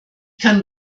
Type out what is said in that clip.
kann